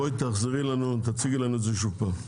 תחזרי ותציגי לנו את זה שוב פעם.